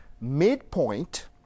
midpoint